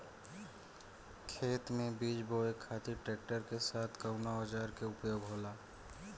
खेत में बीज बोए खातिर ट्रैक्टर के साथ कउना औजार क उपयोग होला?